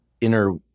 inner